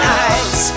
eyes